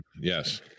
Yes